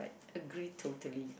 agree totally